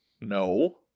No